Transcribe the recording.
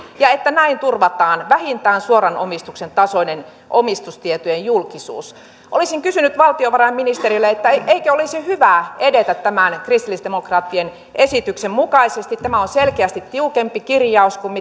ja että näin turvataan vähintään suoran omistuksen tasoinen omistustietojen julkisuus olisin kysynyt valtiovarainministeriltä eikö olisi hyvä edetä tämän kristillisdemokraattien esityksen mukaisesti tämä on selkeästi tiukempi kirjaus kuin